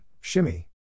Shimmy